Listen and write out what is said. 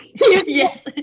yes